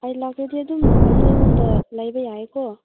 ꯑꯩ ꯂꯥꯛꯈ꯭ꯔꯗꯤ ꯑꯗꯨꯝ ꯅꯈꯣꯏꯗ ꯂꯩꯕ ꯌꯥꯏꯌꯦꯀꯣ